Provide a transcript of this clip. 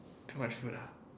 too much food ah